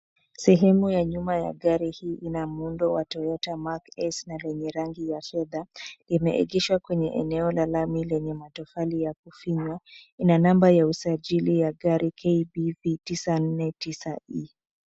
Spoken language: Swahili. Sehemu ya nyuma ya gari hii ina muundo wa Toyota Mark X na lenye rangi ya fedha. Limeegeshwa kwenye eneo la lami lenye matofali ya kufinywa. Ina namba ya usajili ya gari KBV 949E.